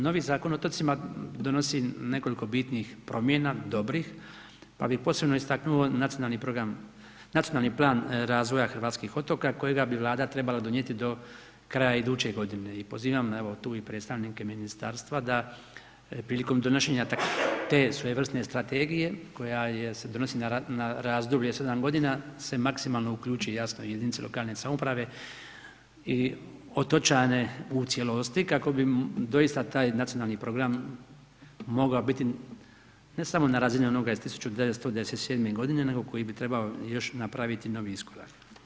Novi Zakon o otocima donosi nekoliko bitnih promjena, dobrih, pa bi posebno istaknuo nacionalni plan razvoja hrvatskih otoka kojega bi Vlada trebala donijeti do kraja iduće godine i pozivam, evo tu, i predstavnike ministarstva da prilikom donošenja te svojevrsne strategije koja se donosi na razdoblje od 7 godina, se maksimalno uključi, jasno, i jedinice lokalne samouprave i otočane u cijelosti kako bi doista taj nacionalni program mogao biti ne samo na razini onoga iz 1997.g., nego koji bi trebao još napraviti novi iskorak.